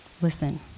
listen